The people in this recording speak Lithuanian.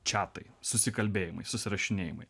čatai susikalbėjimai susirašinėjimai